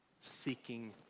seeking